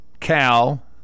Cal